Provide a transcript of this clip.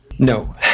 No